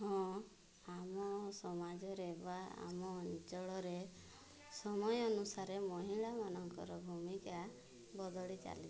ହଁ ଆମ ସମାଜରେ ବା ଆମ ଅଞ୍ଚଳରେ ସମୟ ଅନୁସାରେ ମହିଳାମାନଙ୍କର ଭୂମିକା ବଦଳି ଚାଲିଛି